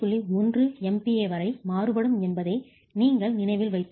1 MPa வரை மாறுபடும் என்பதை நீங்கள் நினைவில் வைத்திருக்கவும்